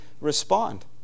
respond